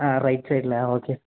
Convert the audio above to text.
ആ റൈറ്റ് സൈഡിലെ ആ ഓക്കേ